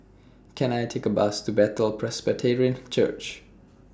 Can I Take A Bus to Bethel Presbyterian Church